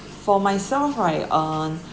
for myself right uh